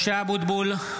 משה אבוטבול,